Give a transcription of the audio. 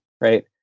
right